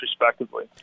respectively